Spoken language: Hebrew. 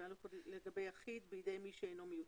לגבי יחיד בידי מי שאינו מיוצג.